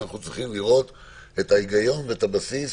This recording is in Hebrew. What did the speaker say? אנחנו צריכים לראות את ההיגיון ואת הבסיס